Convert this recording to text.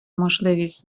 можливість